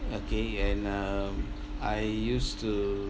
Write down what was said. okay and um I used to